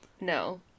No